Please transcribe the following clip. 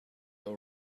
all